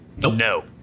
no